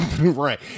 Right